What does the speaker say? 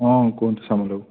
ହଁ କୁହନ୍ତୁ ସାମଲ୍ ବାବୁ